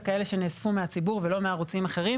כאלה שנאספו מהציבור ולא מערוצים אחרים.